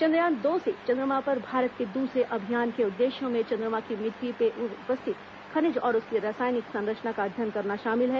चंद्रयान दो से चंद्रमा पर भारत के दूसरे अभियान के उद्देश्यों में चंद्रमा की मिट्टी में उपस्थित खनिज और उसकी रासायनिक संरचना का अध्ययन करना शामिल है